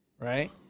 right